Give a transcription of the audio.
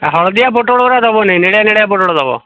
ହା ହଳଦିଆ ପୋଟଳ ଗୁଡ଼ା ଦେବନି ନେଳିଆ ନେଳିଆ ପୋଟଳ ଦେବ